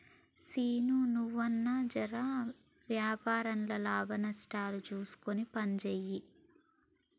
సీనూ, నువ్వన్నా జెర వ్యాపారంల లాభనష్టాలు జూస్కొని పనిజేయి